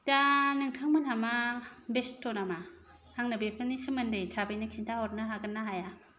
दा नोंथांमोनहा मा बेस्त' नामा आंनो बेफोरनि सोमोन्दै थाबैनो खिन्था हरनो हागोन ना हाया